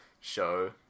show